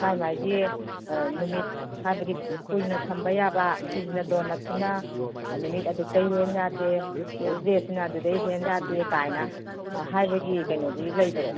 ꯃꯥꯏ ꯃꯥꯏꯒꯤ ꯅꯨꯃꯤꯠ ꯍꯥꯏꯕꯗꯤ ꯀꯨꯏꯅ ꯊꯝꯕ ꯌꯥꯕ ꯁꯤꯁꯤꯅ ꯗꯣꯅꯠꯁꯤꯅ ꯅꯨꯃꯤꯠ ꯑꯗꯨꯛꯗꯒꯤ ꯍꯦꯟ ꯌꯥꯗꯦ ꯕ꯭ꯔꯦꯠꯁꯤꯅ ꯑꯗꯨꯗꯒꯤ ꯍꯦꯟ ꯌꯥꯗꯦ ꯀꯥꯏꯅ ꯍꯥꯏꯕꯒꯤ ꯀꯩꯅꯣꯗꯤ ꯂꯩꯕꯔꯣ